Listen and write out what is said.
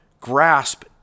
grasp